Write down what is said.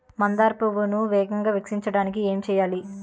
మందార పువ్వును వేగంగా వికసించడానికి ఏం చేయాలి?